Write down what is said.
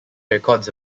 records